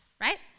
right